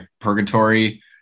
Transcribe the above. purgatory